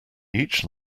each